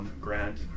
Grant